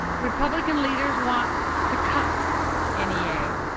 republican leaders want to cut n e a.